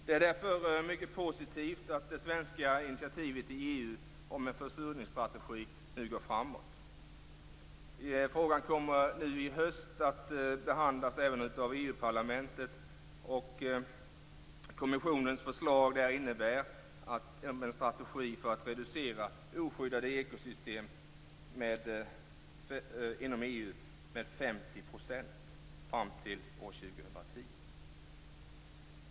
Det är därför mycket positivt att det svenska initiativet i EU om en försurningsstrategi nu går framåt. Frågan kommer att behandlas även av EU parlamentet i höst och kommissionens förslag innebär även en strategi för att reducera oskyddade ekosystem inom EU med 50 %fram till år 2010.